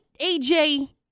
AJ